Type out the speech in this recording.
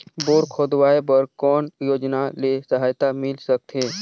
Bore खोदवाय बर कौन योजना ले सहायता मिल सकथे?